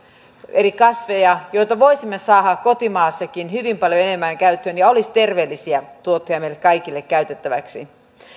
eri kasveja joita voisimme saada kotimaassakin hyvin paljon enemmän käyttöön ja jotka olisivat terveellisiä tuotteita meille kaikille käytettäväksi